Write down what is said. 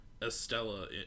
estella